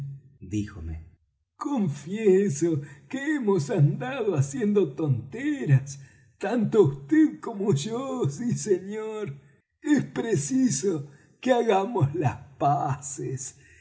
díjome confieso que hemos andado haciendo tonteras tanto vd como yo sí señor es preciso que hagamos las paces